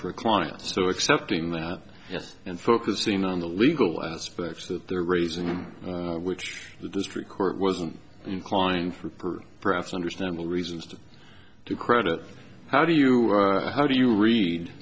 for a client so accepting that yes and focusing on the legal aspects that they're raising which the district court wasn't inclined for perhaps understandable reasons to due credit how do you how do you read